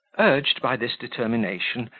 urged by this determination,